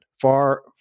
far